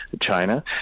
China